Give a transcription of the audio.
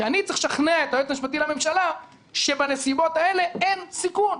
שאני צריך לשכנע את היועץ המשפטי לממשלה שבנסיבות האלה אין סיכון,